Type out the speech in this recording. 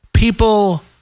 People